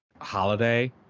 holiday